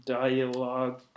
dialogue